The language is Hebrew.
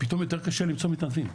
פתאום יותר קשה למצוא מתנדבים.